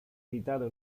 editado